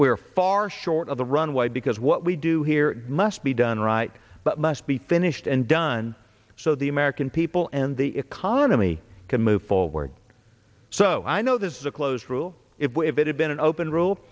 we're far short of the runway because what we do here must be done right but must be finished and done so the american people and the economy can move forward so i know this is a closed rule if it had been an open rule